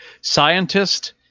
scientist